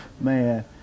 man